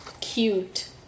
Cute